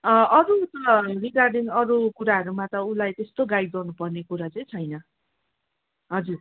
अरू दुई चार दिन अरू कुराहरूमा त उसलाई त्यस्तो गाइड गर्नुपर्ने कुरा चाहिँ छैन हजुर